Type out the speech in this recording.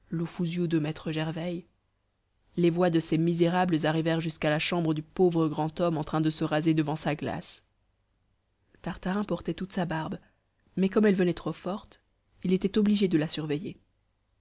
de mestre gervaï les voix de ces misérables arrivèrent jusqu'à la chambre du pauvre grand homme en train de se raser devant sa glace tartarin portait toute sa barbe mais comme elle venait trop forte il était obligé de la surveiller